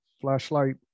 flashlight